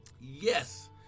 Yes